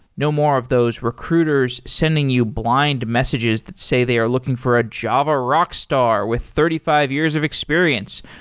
no more of those recruiters sending you blind messages that say they are looking for a java rock star with thirty five years of experience,